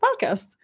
podcast